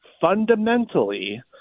fundamentally